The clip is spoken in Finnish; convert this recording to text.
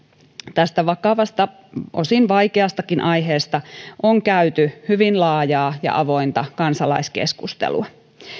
tästä vakavasta osin vaikeastakin aiheesta on käyty hyvin laajaa ja avointa kansalaiskeskustelua